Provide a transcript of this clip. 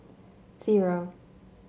zero